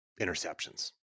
interceptions